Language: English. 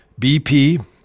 BP